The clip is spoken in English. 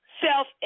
self